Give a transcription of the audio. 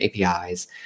APIs